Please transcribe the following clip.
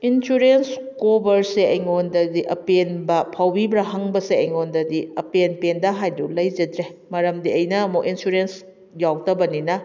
insurance ꯀꯣꯕꯔꯁꯦ ꯑꯩꯉꯣꯟꯗꯗꯤ ꯑꯄꯦꯟꯕ ꯐꯥꯎꯕꯤꯕ꯭ꯔꯥ ꯍꯪꯕꯁꯦ ꯑꯩꯉꯣꯟꯗꯗꯤ ꯑꯄꯦꯟ ꯄꯦꯟꯗ ꯍꯥꯏꯗꯨ ꯂꯩꯖꯗ꯭ꯔꯦ ꯃꯔꯝꯗꯤ ꯑꯩꯅ ꯃꯣꯏ ꯏꯟꯁꯨꯔꯦꯟꯁ ꯌꯥꯎꯗꯕꯅꯤꯅ